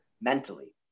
mentally